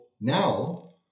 now